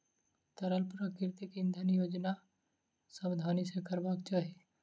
तरल प्राकृतिक इंधनक उपयोग सावधानी सॅ करबाक चाही